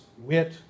wit